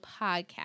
podcast